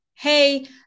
hey